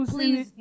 Please